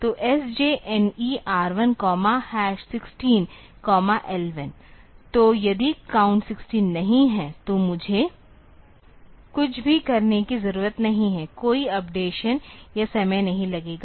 तो CJNE R1 16 L 1 तो यदि काउंट 16 नहीं है तो मुझे कुछ भी करने की ज़रूरत नहीं है कोई अपडेशन या समय नहीं लगेगा